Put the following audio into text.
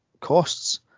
costs